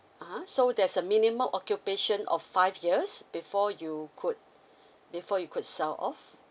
(uh huh) so there's a minimum occupation of five years before you could before you could sell off